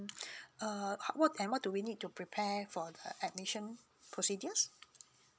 err how what do we need to prepare for the admission procedures